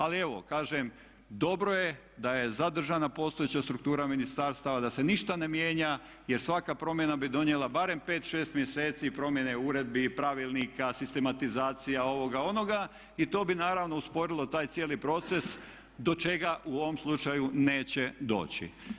Ali evo, kažem dobro je da je zadržana postojeća struktura ministarstava, da se ništa ne mijenja jer svaka promjena bi donijela barem 5, 6 mjeseci promjene uredbi, pravilnika, sistematizacija, ovoga, onoga i to bi naravno usporilo taj cijeli proces do čega u ovom slučaju neće doći.